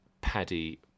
Paddy